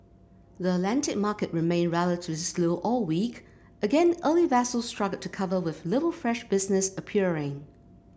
the Atlantic market remained relatively slow all week again early vessels struggled to cover with little fresh business appearing